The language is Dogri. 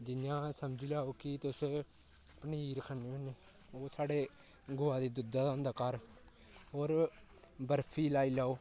जि'यां समझी लैओ की तुस पनीर खन्ने होने ओह् साढ़े गौआ दे दुद्धै दा होंदा घर होर बर्फी लाई लैओ